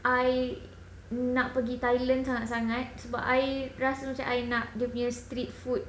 I nak pergi thailand sangat sangat sebab I rasa macam I nak dia punya street food